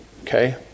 okay